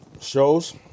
Shows